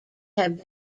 have